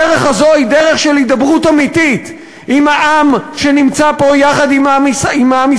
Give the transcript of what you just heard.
הדרך הזו היא דרך של הידברות אמיתית עם העם שנמצא פה יחד עם עם ישראל,